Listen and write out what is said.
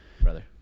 Brother